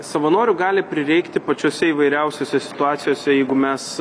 savanorių gali prireikti pačiose įvairiausiose situacijose jeigu mes